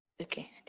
Okay